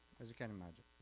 as you can imagine.